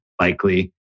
likely